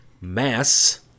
Mass